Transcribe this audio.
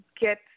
get